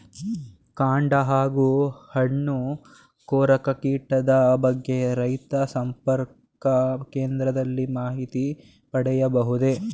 ಕಾಂಡ ಹಾಗೂ ಹಣ್ಣು ಕೊರಕ ಕೀಟದ ಬಗ್ಗೆ ರೈತ ಸಂಪರ್ಕ ಕೇಂದ್ರದಲ್ಲಿ ಮಾಹಿತಿ ಪಡೆಯಬಹುದೇ?